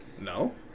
No